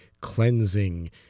cleansing